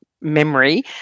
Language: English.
Memory